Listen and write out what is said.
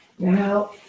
Now